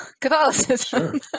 Catholicism